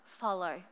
follow